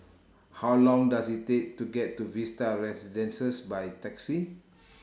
How Long Does IT Take to get to Vista Residences By Taxi